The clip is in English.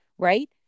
right